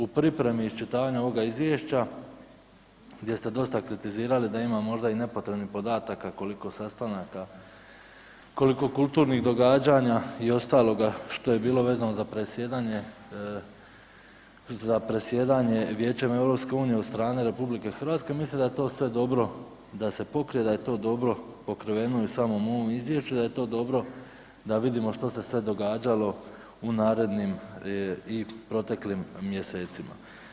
U pripremi i iščitavanju ovoga izvješća gdje ste dosta kritizirali da ima možda i nepotrebnih podataka koliko sastanaka, koliko kulturnih događanja i ostaloga što je bilo vezano za predsjedanje, za predsjedanje Vijećem EU od strane RH mislim da je to sve dobro da se pokrije, da je to dobro pokriveno i u samom ovom izvješću, da je to dobro da vidimo što se sve događalo u narednim i proteklim mjesecima.